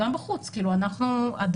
גם בחוץ,